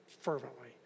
fervently